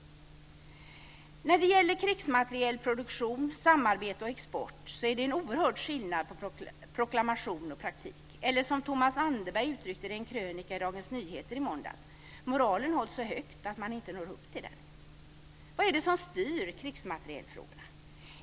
När det gäller krigsmaterielproduktion, samarbete om och export av krigsmateriel, är det en oerhörd skillnad på proklamationer och praktik - eller som Thomas Anderberg uttryckte det i en krönika i Dagens Nyheter i måndags: "Moralen hålls så högt att man inte når upp till den." Vad är det som styr krigsmaterielfrågorna?